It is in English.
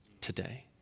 today